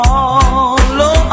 Follow